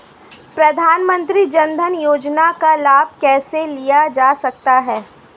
प्रधानमंत्री जनधन योजना का लाभ कैसे लिया जा सकता है?